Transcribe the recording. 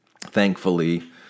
thankfully